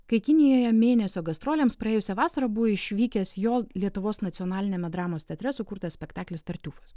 kai kinijoje mėnesio gastrolėms praėjusią vasarą buvo išvykęs jo lietuvos nacionaliniame dramos teatre sukurtas spektaklis tartiufas